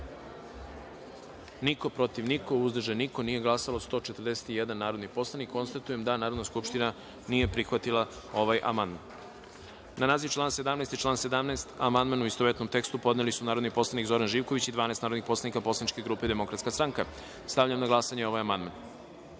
niko, protiv – niko, uzdržanih – nema, nije glasala 143 narodna poslanika. Konstatujem da Narodna skupština nije prihvatila ovaj amandman. Na naziv člana 24. i član 24. amandman, u istovetnom tekstu, podneli su narodni poslanik Zoran Živković i 12 narodnih poslanika poslaničke grupe DS.Stavljam na glasanje ovaj